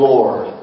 Lord